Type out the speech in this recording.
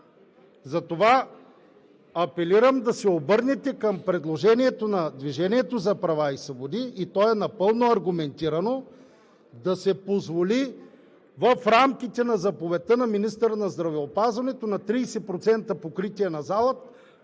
Затова апелирам да се обърнете към предложението на „Движението за права и свободи“, което е напълно аргументирано: в рамките на заповедта на министъра на здравеопазването за 30% запълване на залата